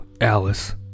Alice